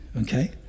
okay